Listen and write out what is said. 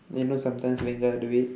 you know sometimes lingal do it